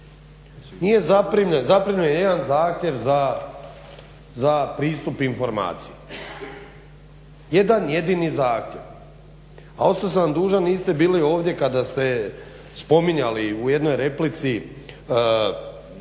zaprimljen je jedan zahtjev za pristup informaciji. Jedan jedini zahtjev. A ostao sam vam dužan, niste bili ovdje kada ste spominjali u jednoj replici,